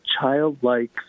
childlike